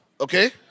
Okay